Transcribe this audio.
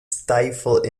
stifle